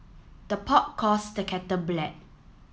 the pot calls the kettle black